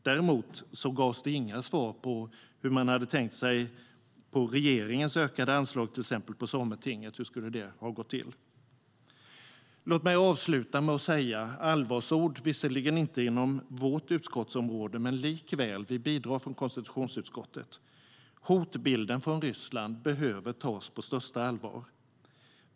Däremot gavs det inga svar på hur de hade tänkt sig att regeringens ökade anslag till exempelvis Sametinget skulle lösas. Låt mig avsluta med att säga några allvarsord. Det ligger inte inom vårt utskottsområde, men likväl bidrar vi från konstitutionsutskottet. Hotbilden från Ryssland behöver tas på största allvar.